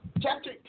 Chapter